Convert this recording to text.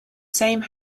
same